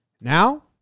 Now